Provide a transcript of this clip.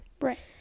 Right